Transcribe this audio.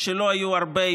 שלא היו הרבה,